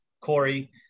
Corey